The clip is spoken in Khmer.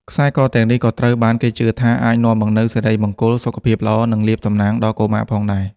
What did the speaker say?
ខ្សែកទាំងនេះក៏ត្រូវបានគេជឿថាអាចនាំមកនូវសិរីមង្គល សុខភាពល្អ និងលាភសំណាងដល់កុមារផងដែរ។